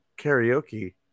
karaoke